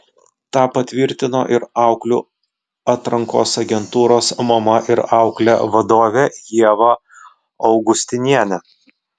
tą patvirtino ir auklių atrankos agentūros mama ir auklė vadovė ieva augustinienė